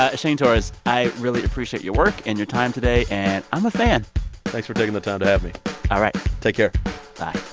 ah shane torres, i really appreciate your work and your time today. and i'm a fan thanks for taking the time to have me all right take care bye